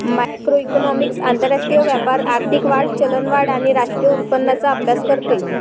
macroeconomics आंतरराष्ट्रीय व्यापार, आर्थिक वाढ, चलनवाढ आणि राष्ट्रीय उत्पन्नाचा अभ्यास करते